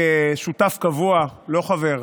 כשותף קבוע, לא חבר,